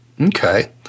Okay